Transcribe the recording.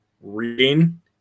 Reading